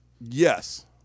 Yes